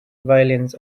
violins